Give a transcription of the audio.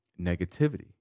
negativity